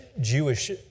Jewish